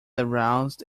aroused